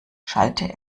schallte